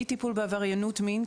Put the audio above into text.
מטיפול בעבריינות מין,